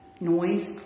noise